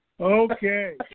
Okay